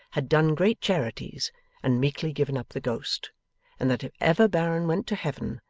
had done great charities and meekly given up the ghost and that, if ever baron went to heaven,